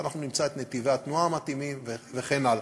ואנחנו נמצא את נתיבי התנועה המתאימים וכן הלאה.